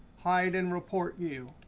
hide in report view.